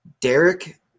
Derek